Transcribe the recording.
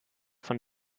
von